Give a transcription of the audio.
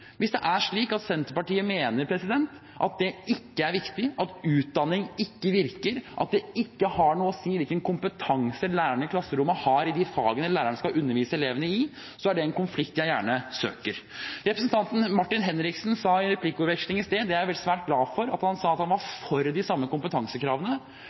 viktig, at utdanning ikke virker, at det ikke har noe å si hvilken kompetanse læreren i klasserommet har i fagene læreren skal undervise elevene i, så er det en konflikt jeg gjerne søker. Representanten Martin Henriksen sa i en replikkordveksling i sted – det er jeg svært glad for at han sa – at han var for de samme kompetansekravene.